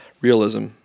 realism